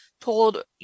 told